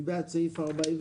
מי בעד סעיף 42?